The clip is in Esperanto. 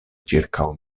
ĉirkaŭ